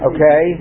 Okay